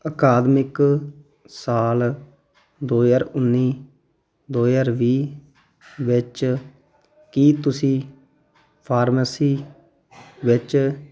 ਅਕਾਦਮਿਕ ਸਾਲ ਦੋ ਹਜ਼ਾਰ ਉੱਨੀ ਦੋ ਹਜ਼ਾਰ ਵੀਹ ਵਿੱਚ ਕੀ ਤੁਸੀਂ ਫਾਰਮੇਸੀ ਵਿੱਚ